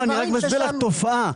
אסביר לך תופעה.